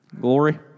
Glory